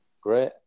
Great